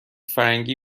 فرنگی